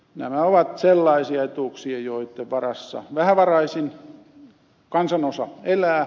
nämä ovat sellaisia etuuksia joitten varassa vähävaraisin kansanosa elää